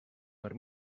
per